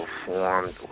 performed